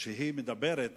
שמדברת